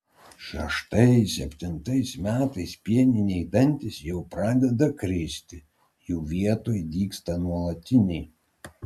šeštais septintais metais pieniniai dantys jau pradeda kristi jų vietoj dygsta nuolatiniai